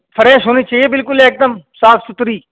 fresh ہونی چاہیے بالکل ایک دم صاف ستھری